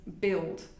build